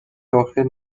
داخل